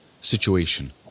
situation